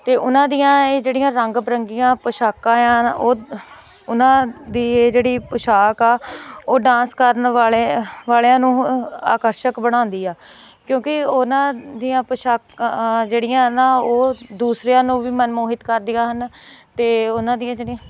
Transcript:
ਅਤੇ ਉਹਨਾਂ ਦੀਆਂ ਇਹ ਜਿਹੜੀਆਂ ਰੰਗ ਬਿਰੰਗੀਆਂ ਪੋਸ਼ਾਕਾਂ ਆ ਉਹ ਉਹਨਾਂ ਦੀ ਜਿਹੜੀ ਪੋਸ਼ਾਕ ਆ ਉਹ ਡਾਂਸ ਕਰਨ ਵਾਲੇ ਵਾਲਿਆਂ ਨੂੰ ਅ ਆਕਰਸ਼ਕ ਬਣਾਉਂਦੀ ਆ ਕਿਉਂਕਿ ਉਹਨਾਂ ਦੀਆਂ ਪੋਸ਼ਾਕਾਂ ਜਿਹੜੀਆਂ ਨਾ ਉਹ ਦੂਸਰਿਆਂ ਨੂੰ ਵੀ ਮਨਮੋਹਿਤ ਕਰਦੀਆਂ ਹਨ ਅਤੇ ਉਹਨਾਂ ਦੀਆਂ ਜਿਹੜੀਆਂ